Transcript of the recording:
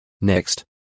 Next